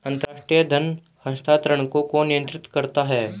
अंतर्राष्ट्रीय धन हस्तांतरण को कौन नियंत्रित करता है?